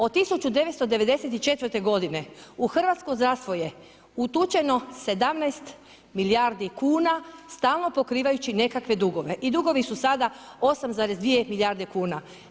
Od 1994. godine u hrvatsko zdravstvo je utučeno 17 milijardi kuna stalno pokrivajući nekakve dugove i dugovi su sada 8,2 milijarde kuna.